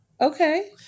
okay